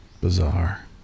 Bizarre